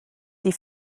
die